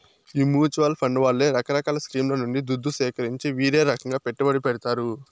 ఈ mutual fund వాళ్లే రకరకాల స్కీంల నుండి దుద్దు సీకరించి వీరే రకంగా పెట్టుబడి పెడతారు